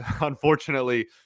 unfortunately